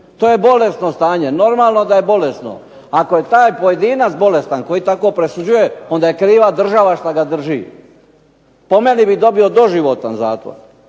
To je bolesno stanje. Normalno da je bolesno. Ako je taj pojedinac bolestan koji tako presuđuje onda je kriva država što ga drži. Po meni bi dobio doživotan zatvor,